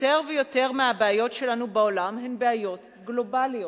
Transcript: יותר ויותר מהבעיות שלנו בעולם הן בעיות גלובליות,